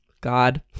God